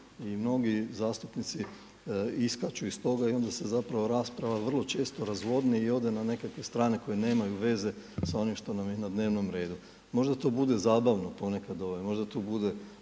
I mnogi zastupnici iskaču iz toga i onda se rasprava vrlo često razvodni i ode na nekakve strane koje nemaju veze s onim što nam je na dnevnom redu. Možda to bude zabavno ponekad, možda tu bude